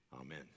Amen